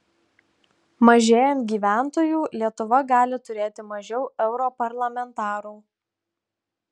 mažėjant gyventojų lietuva gali turėti mažiau europarlamentarų